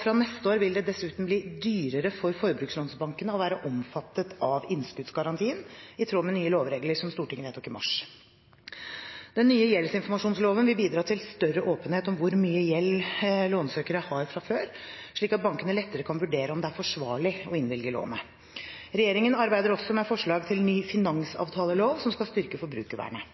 Fra neste år vil det dessuten bli dyrere for forbrukslånsbankene å være omfattet av innskuddsgarantien, i tråd med nye lovregler som Stortinget vedtok i mars. Den nye gjeldsinformasjonsloven vil bidra til større åpenhet om hvor mye gjeld lånsøkere har fra før, slik at bankene lettere kan vurdere om det er forsvarlig å innvilge lånet. Regjeringen arbeider også med forslag til ny finansavtalelov som skal styrke forbrukervernet.